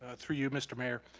ah through you mr. mayor,